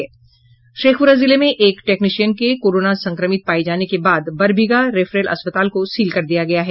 शेखपुरा जिले में एक टेक्निशियन के कोरोना संक्रमित पाये जाने के बाद बरबीघा रेफरल अस्पताल को सील कर दिया गया है